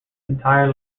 entire